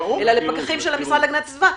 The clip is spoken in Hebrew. אלא לפקחים של המשרד להגנת הסביבה.